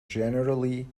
generally